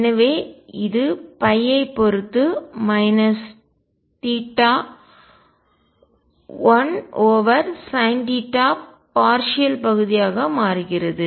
எனவே இது ஐ பொறுத்து minus theta 1 over sine theta partial பகுதி ஆக மாறுகிறது